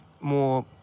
more